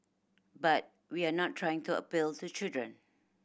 but we're not trying to appeal to children